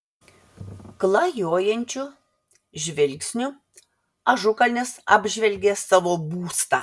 klajojančiu žvilgsniu ažukalnis apžvelgė savo būstą